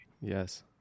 Yes